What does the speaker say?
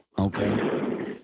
Okay